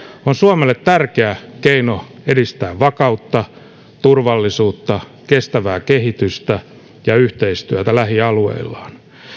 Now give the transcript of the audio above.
on suomelle tärkeä keino edistää vakautta turvallisuutta kestävää kehitystä ja yhteistyötä lähialueillaan